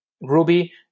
Ruby